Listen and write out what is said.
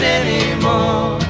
anymore